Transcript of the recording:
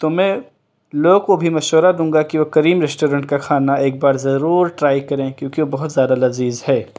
تو میں لوگوں کو بھی مشورہ دوں گا کہ وہ کریم ریسٹورینٹ کا کھانا ایک بار ضرور ٹرائی کریں کیونکہ وہ بہت زیادہ لذیذ ہے